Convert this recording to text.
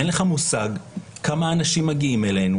אין לך מושג כמה אנשים מגיעים אלינו